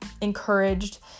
encouraged